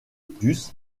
plus